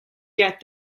get